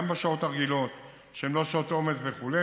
גם בשעות הרגילות שהן לא שעות עומס וכו'.